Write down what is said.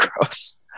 Gross